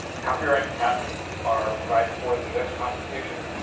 copyright and patent are provided for and u s. constitution.